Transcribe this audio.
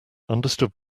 understood